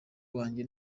wanjye